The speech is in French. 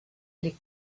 les